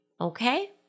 Okay